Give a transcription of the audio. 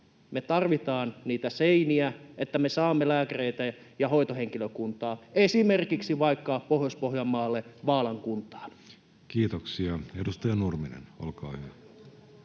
Me tarvitaan niitä seiniä, että me saamme lääkäreitä ja hoitohenkilökuntaa esimerkiksi Pohjois-Pohjanmaalle Vaalan kuntaan. Kiitoksia. — Edustaja Nurminen, olkaa hyvä.